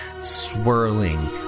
swirling